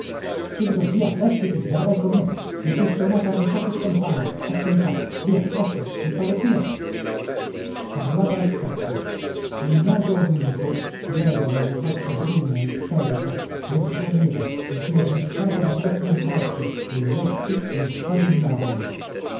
subito via vèstiti verrai con me i fu sonata non so che campana eccomi qua via presto il fagottino parlava a scatti il naso adunco fiero nella faccia bruna itterica le fremeva le si arricciava di tratto in tratto e gli occhi le